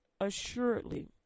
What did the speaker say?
Assuredly